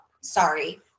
Sorry